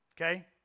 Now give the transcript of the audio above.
okay